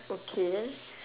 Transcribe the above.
okay